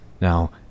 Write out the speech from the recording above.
Now